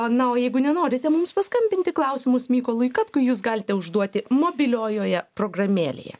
na o jeigu nenorite mums paskambinti klausimus mykolui katkui jūs galite užduoti mobiliojoje programėlėje